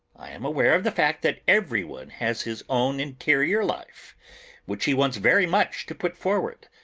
i am aware of the fact that everyone has his own interior life which he wants very much to put forward.